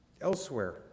Elsewhere